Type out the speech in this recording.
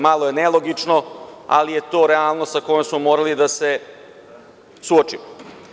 Malo je nelogično, ali je to realnost sa kojom smo morali da se suočimo.